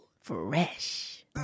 Fresh